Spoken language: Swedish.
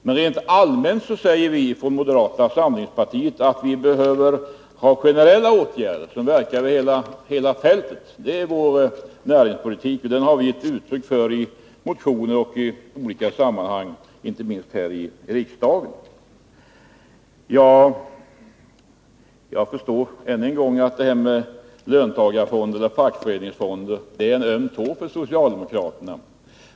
Men rent allmänt säger vi från moderata samlingspartiet att det behövs generella åtgärder som verkar över hela fältet. Det är vår näringspolitik, och den har vi gett uttryck för i motioner och i andra sammanhang dokumenterat, inte minst här i riksdagen. Jag förstår — det vill jag säga än en gång — att det här med löntagarfonder eller fackföreningsfonder är en öm tå för socialdemokraterna.